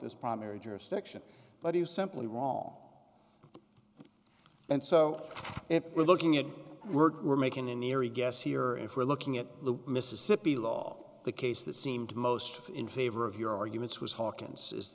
this primary jurisdiction but he was simply wrong and so if we're looking at remaking the neary guess here if we're looking at the mississippi law the case that seemed most in favor of your arguments was hawkins is